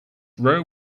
row